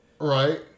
right